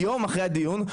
היום אחרי הדיון,